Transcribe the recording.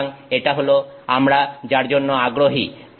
সুতরাং এটা হল আমরা যার জন্য আগ্রহী